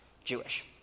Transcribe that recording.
Jewish